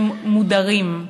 הם מודרים,